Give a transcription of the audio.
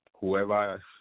whoever